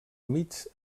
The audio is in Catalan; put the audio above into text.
humits